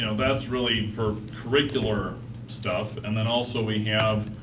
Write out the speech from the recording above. you know that's really for curricular stuff. and then also we have,